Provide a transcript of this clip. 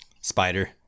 Spider